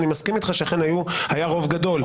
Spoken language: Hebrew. אני מסכים איתך שאכן היה רוב גדול,